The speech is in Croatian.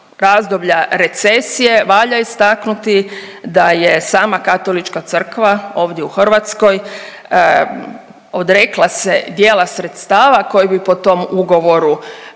razdoblja recesije valja istaknuti da je sama Katolička crkva ovdje u Hrvatskoj odrekla se dijela sredstva koji bi po tom ugovoru,